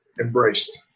embraced